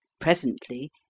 Presently